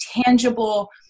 tangible